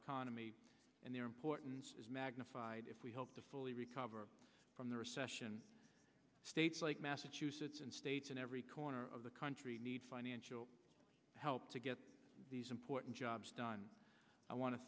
economy and their importance is magnified if we hope to fully recover from the recession states like massachusetts and states and every corner of the country need financial help to get these important jobs done i want to